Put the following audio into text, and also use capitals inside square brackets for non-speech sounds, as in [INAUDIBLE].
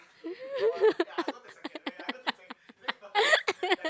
[LAUGHS]